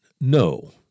No